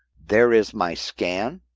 there is my scan.